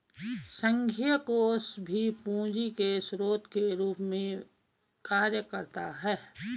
संघीय कोष भी पूंजी के स्रोत के रूप में कार्य करता है